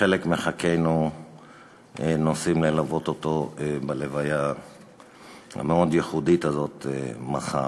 שחלק מחברי הכנסת שלנו נוסעים ללוות אותו בלוויה הייחודית הזאת מחר.